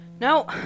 No